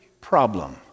problem